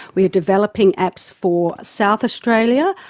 we are developing apps for south australia,